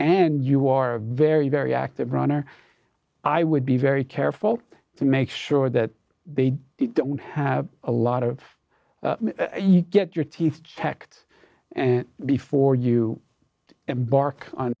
and you are a very very active runner i would be very careful to make sure that they don't have a lot of you get your teeth checked and before you embark on